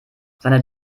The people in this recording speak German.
seine